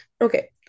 Okay